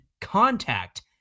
contact